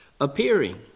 appearing